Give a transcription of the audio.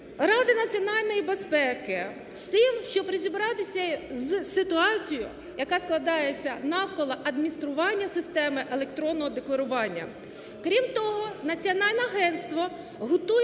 Ради національної безпеки з тим, щоб розібратися з ситуацією, яка складається навколо адміністрування системи електронного декларування. Крім того, Національне агентство готує